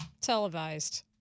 televised